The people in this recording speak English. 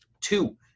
Two